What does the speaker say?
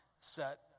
set